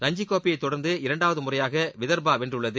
ரஞ்சிக் கோப்பையை தொடர்ந்து இரண்டாவது முறையாக விதர்பா வென்றுள்ளது